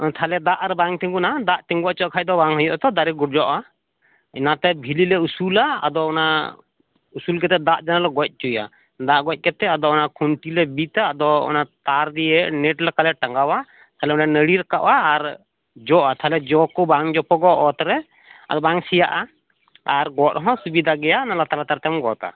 ᱟᱨ ᱛᱟᱦᱚᱞᱮ ᱫᱟᱜ ᱟᱨ ᱵᱟᱝ ᱛᱤᱜᱩᱱᱟ ᱫᱟᱜ ᱛᱤᱜᱩ ᱦᱚᱪᱚᱣᱟᱜ ᱠᱷᱟᱱ ᱫᱚ ᱵᱟᱝ ᱦᱩᱭᱩᱜ ᱛᱚ ᱫᱟᱨᱮ ᱜᱚᱡᱚᱜᱼᱟ ᱚᱱᱟᱛᱮ ᱵᱷᱤᱞᱤ ᱞᱮ ᱩᱥᱩᱞᱟ ᱟᱫᱚ ᱚᱱᱟ ᱩᱥᱩᱞ ᱠᱟᱛᱮᱫ ᱫᱟᱜ ᱞᱮ ᱜᱚᱡ ᱦᱚᱪᱚᱭᱟ ᱫᱟᱜ ᱜᱚᱡ ᱠᱟᱛᱮᱫ ᱟᱫᱚ ᱚᱱᱟ ᱠᱷᱩᱱᱴᱤ ᱞᱮ ᱵᱤᱫᱟᱹ ᱟᱫᱚ ᱚᱱᱟ ᱛᱟᱨ ᱫᱤᱭᱮ ᱱᱮᱴ ᱞᱮᱠᱟ ᱞᱮ ᱴᱟᱜᱟᱣᱟ ᱛᱟᱦᱚᱞᱮ ᱚᱱᱟ ᱱᱟᱹᱲᱤ ᱨᱟᱠᱟᱵᱟ ᱟᱨ ᱡᱚᱜᱼᱟ ᱛᱟᱦᱚᱞᱮ ᱡᱚ ᱠᱚ ᱵᱟᱝ ᱡᱚᱯᱚᱜᱼᱟ ᱚᱛ ᱨᱮ ᱟᱨ ᱵᱟᱝ ᱥᱮᱭᱟᱜᱼᱟ ᱟᱨ ᱜᱚᱫ ᱦᱚᱸ ᱥᱩᱵᱤᱫᱟ ᱜᱮᱭᱟ ᱚᱱᱟ ᱞᱟᱛᱟᱨ ᱞᱟᱛᱟᱨᱛᱮᱢ ᱜᱚᱫᱟ